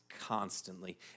constantly